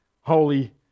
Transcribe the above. holy